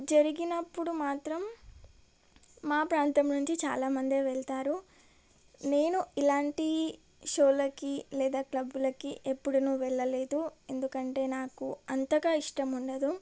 జరిగినప్పుడు మాత్రం మా ప్రాంతం నుంచి చాలామందే వెళ్తారు నేను ఇలాంటి షోలకి లేదా క్లబ్బులకి ఎప్పుడున వెళ్ళలేదు ఎందుకంటే నాకు అంతగా ఇష్టం ఉండదు